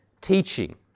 teaching